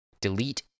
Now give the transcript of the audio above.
delete